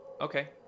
Okay